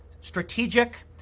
strategic